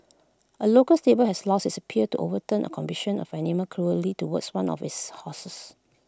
A local stable has lost its appeal to overturn A conviction of animal cruelly towards one of its horses